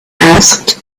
asked